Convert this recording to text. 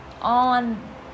on